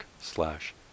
slash